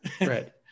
right